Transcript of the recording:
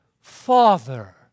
Father